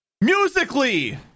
Musically